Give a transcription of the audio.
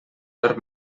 per